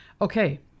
Okay